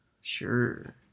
Sure